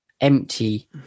empty